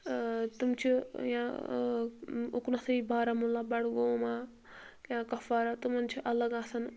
تِم چھِ یا اُکنتھٕے بارہمولہ بڈگوم یا کۄپوارا تِمن چھِ الگ آسان